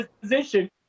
position